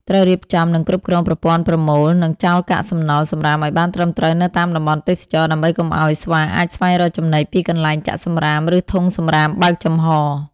ត្រូវរៀបចំ និងគ្រប់គ្រងប្រព័ន្ធប្រមូល និងចោលកាកសំណល់ សំរាមឱ្យបានត្រឹមត្រូវនៅតាមតំបន់ទេសចរណ៍ ដើម្បីកុំឱ្យស្វាអាចស្វែងរកចំណីពីកន្លែងចាក់សំរាម ឬធុងសំរាមបើកចំហ។